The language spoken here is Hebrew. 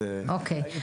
אוקי.